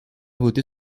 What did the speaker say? voter